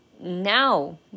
now